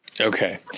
Okay